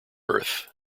earth